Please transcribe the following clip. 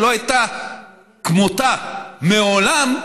שלא הייתה כמותה מעולם,